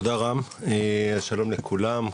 שלום לכולם,